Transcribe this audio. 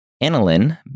Aniline